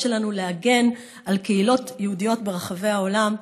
שלנו להגן על קהילות יהודיות ברחבי העולם,